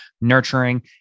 nurturing